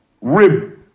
Rib